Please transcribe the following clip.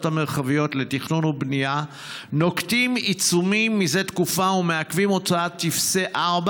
המרחביות לתכנון ובנייה נוקטים עיצומים זה תקופה ומעכבים הוצאת טופסי 4,